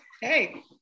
Hey